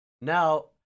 Now